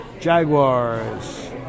Jaguars